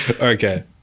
Okay